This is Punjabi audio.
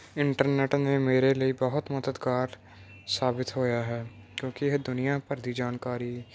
ਇੰਟਰਨੈਟ ਨੇ ਮੇਰੇ ਲਈ ਬਹੁਤ ਮਦਦਗਾਰ ਸਾਬਿਤ ਹੋਇਆ ਹੈ ਕਿਉਂਕਿ ਇਹ ਦੁਨੀਆਂ ਭਰ ਦੀ ਜਾਣਕਾਰੀ